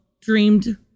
dreamed